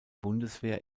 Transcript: bundeswehr